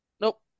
Nope